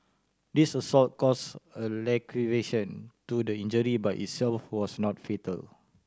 this assault caused a laceration to the injury by itself was not fatal